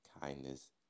kindness